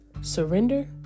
Surrender